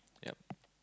yup